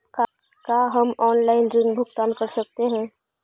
का हम आनलाइन ऋण भुगतान कर सकते हैं?